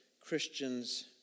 Christians